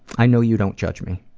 i know you don't judge me,